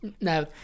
No